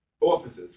offices